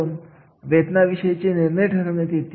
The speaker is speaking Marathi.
आणि कामगिरीचे मूल्यमापन म्हणजे एखाद्या कर्मचाऱ्याला मोजणे